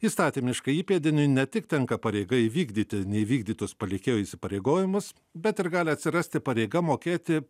įstatymiškai įpėdiniui ne tik tenka pareiga įvykdyti neįvykdytus palikėjo įsipareigojimus bet ir gali atsirasti pareiga mokėti